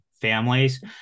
families